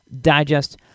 Digest